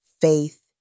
faith